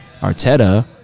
Arteta